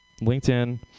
LinkedIn